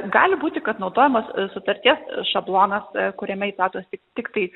gali būti kad naudojamas sutarties šablonas kuriame įtrauktos tik tiktai